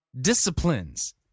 disciplines